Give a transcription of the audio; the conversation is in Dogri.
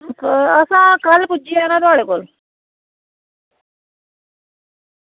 असें कल्ल पुज्जी जाना थुआढ़े कोल